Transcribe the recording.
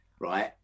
right